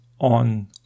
on